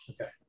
okay